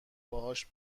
باهاش